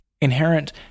inherent